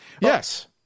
Yes